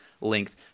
length